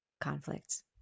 conflicts